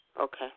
Okay